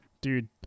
Dude